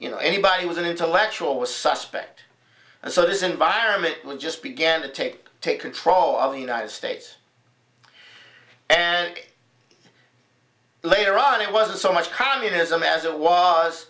you know anybody who was an intellectual was suspect and so this environment when just began to take take control of the united states and later on it wasn't so much communism as it was